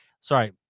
Sorry